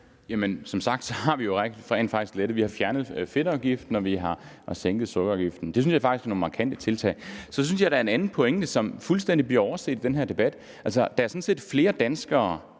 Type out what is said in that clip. (SF): Som sagt har vi jo rent faktisk lettet på nogle ting. Vi har fjernet fedtafgiften, og vi har sænket sukkerafgiften. Det synes jeg faktisk er nogle markante tiltag. Jeg synes, der er en anden pointe, som fuldstændig bliver overset i den her debat, og det er, at der sådan set er flere